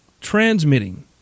transmitting